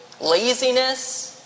laziness